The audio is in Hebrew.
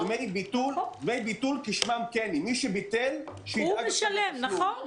דמי ביטול כשמם כן הם, מי שביטל שידאג לתשלום.